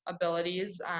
abilities